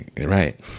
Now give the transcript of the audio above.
Right